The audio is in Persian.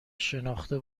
شناخته